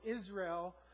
israel